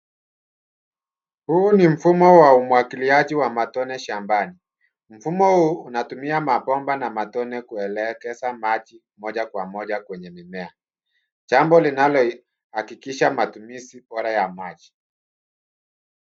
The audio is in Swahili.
Huu ni mfumo wa umwagiliaji wa matone shambani. Mfumo huu unatumia matone na mabomba kuelekeza maji moja kwa moja kwenye mimea, jambo linalohakikisha matumizi bora ya maji.